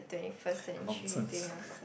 nonsense